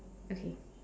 okay